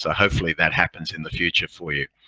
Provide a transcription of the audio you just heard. ah hopefully that happens in the future for you.